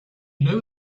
know